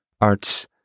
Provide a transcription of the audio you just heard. arts